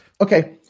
Okay